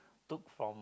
took from